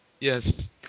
Yes